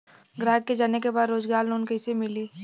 ग्राहक के जाने के बा रोजगार लोन कईसे मिली?